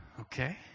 Okay